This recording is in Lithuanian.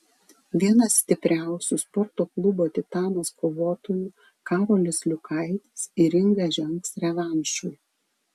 vienas stipriausių sporto klubo titanas kovotojų karolis liukaitis į ringą žengs revanšui